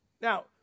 Now